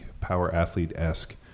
power-athlete-esque